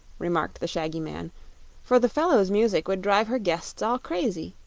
remarked the shaggy man for the fellow's music would drive her guests all crazy.